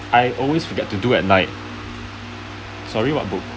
I always forget to do at night sorry what book